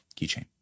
keychain